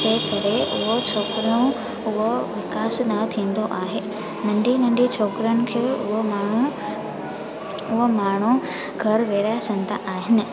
तंहिं करे उहो छोकिरो उहो विकास न थींदो आहे नंढी नंढी छोकिरनि खे उहो माण्हू उहो माण्हू घरु विहाराए सघंदा आहिनि